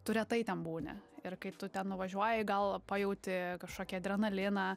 tu retai ten būni ir kai tu ten nuvažiuoji gal pajauti kažkokį adrenaliną